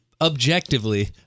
objectively